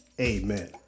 Amen